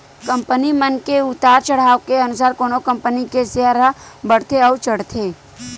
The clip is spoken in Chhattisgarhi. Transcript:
कंपनी मन के उतार चड़हाव के अनुसार कोनो कंपनी के सेयर ह बड़थे अउ चढ़थे